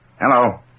Hello